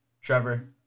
Trevor